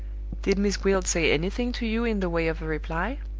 did miss gwilt say anything to you in the way of a reply?